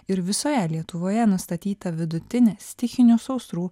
ir visoje lietuvoje nustatyta vidutinė stichinių sausrų